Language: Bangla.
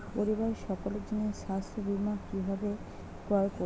পরিবারের সকলের জন্য স্বাস্থ্য বীমা কিভাবে ক্রয় করব?